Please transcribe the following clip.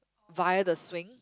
via the swing